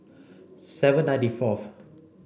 seven ninety fourth